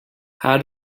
how